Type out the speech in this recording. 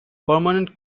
permanent